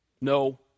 No